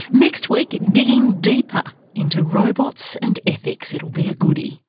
next week digging deeper into robots and ethics. it'll be a goodie